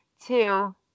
two